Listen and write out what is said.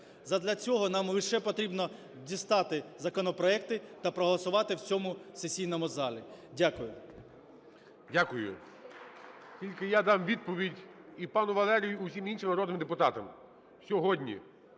Задля цього нам лише потрібно дістати законопроекти та проголосувати в цьому сесійному залі. Дякую. ГОЛОВУЮЧИЙ. Дякую. Тільки я дам відповідь і пану Валерію, усім іншим народним депутатам.